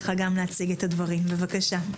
בבקשה.